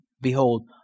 Behold